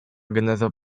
geneza